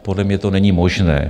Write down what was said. Podle mě to není možné.